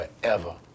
forever